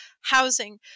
housing